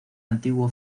antiguo